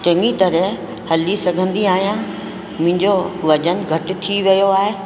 चङी तरह हली सघंदी आहियां मुंहिंजो वज़न घटि थी वियो आहे